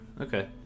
okay